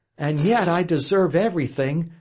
and yet i deserve everything,